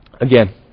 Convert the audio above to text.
Again